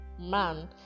man